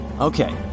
Okay